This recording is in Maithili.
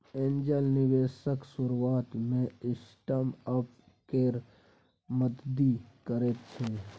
एंजल निबेशक शुरुआत मे स्टार्टअप केर मदति करैत छै